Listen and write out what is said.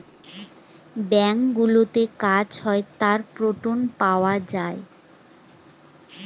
ব্যাঙ্কগুলোতে কাজ হয় তার প্রিন্ট পাওয়া যায়